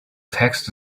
text